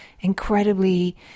incredibly